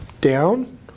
down